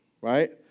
right